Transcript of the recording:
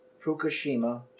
Fukushima